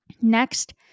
Next